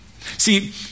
See